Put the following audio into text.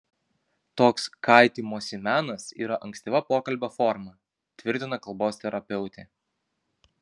toks kaitymosi menas yra ankstyva pokalbio forma tvirtina kalbos terapeutė